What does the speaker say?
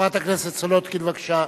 חברת הכנסת סולודקין, בבקשה.